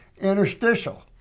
interstitial